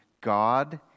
God